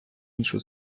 іншу